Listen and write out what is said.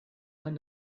kann